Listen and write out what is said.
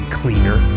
cleaner